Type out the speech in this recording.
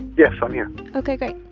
yes, i'm here ok, great